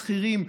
שכירים,